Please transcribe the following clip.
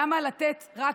למה לתת רק